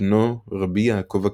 בנו רבי יעקב הקטן,